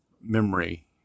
memory